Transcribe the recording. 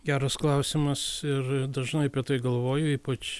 geras klausimas ir dažnai apie tai galvoju ypač